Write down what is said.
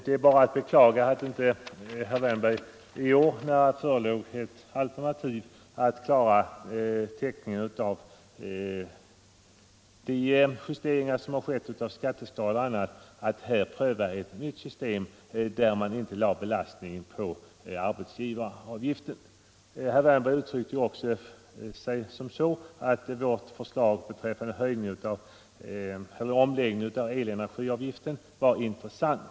Det är bara att beklaga att inte herr Wärnberg i år, när det förelåg ett alternativ för att täcka utgifterna i samband med justeringarna av skatteskalorna, är beredd att pröva ett nytt system som inte skulle höja arbetsgivaravgiften. Herr Wärnberg ansåg att vårt förslag till omläggning av elenergiavgiften var intressant.